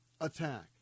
attack